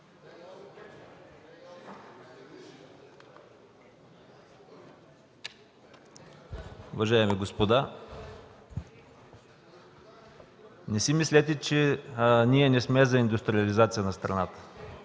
Уважаеми господа, не си мислете, че ние не сме за индустриализация на страната.